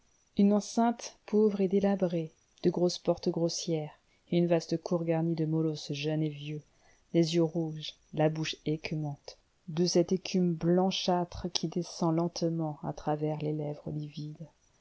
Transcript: une enceinte pauvre et délabrée de grosses portes grossières et une vaste cour garnie de molosses jeunes et vieux les yeux rouges la bouche écumante de cette écume blanchâtre qui descend lentement à travers les lèvres livides